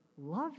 Love